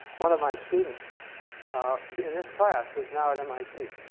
one of my students in this class, who's now at mit.